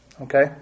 Okay